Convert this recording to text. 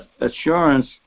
assurance